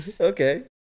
Okay